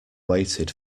waited